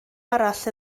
arall